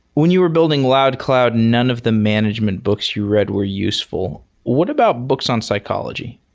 when you were building loudcloud, none of the management books you read were useful. what about books on psychology?